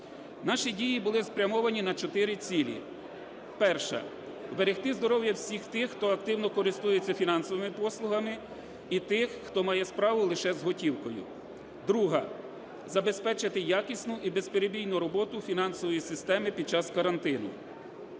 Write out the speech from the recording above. Наші дії були спрямовані на чотири цілі. Перша – берегти здоров'я всіх тих, хто активно користується фінансовими послугами і тих, хто має справу лише з готівкою. Друге – забезпечити якісну і безперебійну роботу фінансової системи під час карантину.